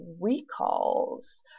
recalls